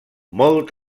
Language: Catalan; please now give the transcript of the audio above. molt